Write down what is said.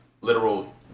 literal